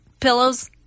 pillows